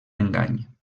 engany